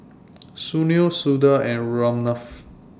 Sunil Suda and Ramnath